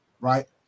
right